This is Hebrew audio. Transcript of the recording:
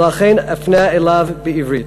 ולכן אפנה אליו בעברית: